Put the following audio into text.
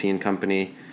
Company